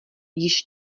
již